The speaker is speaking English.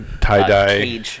tie-dye